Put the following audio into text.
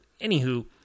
anywho